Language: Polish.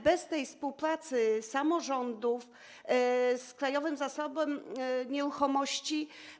Bez współpracy samorządów z Krajowym Zasobem Nieruchomości.